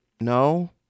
no